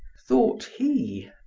thought he.